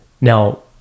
Now